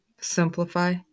Simplify